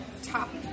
top